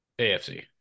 AFC